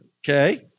Okay